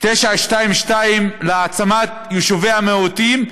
922 להעצמת יישובי המיעוטים,